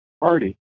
Party